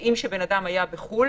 רואים שבן אדם היה בחו"ל,